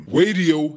radio